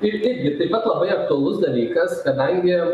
ir irgi taip pat labai aktualus dalykas kadangi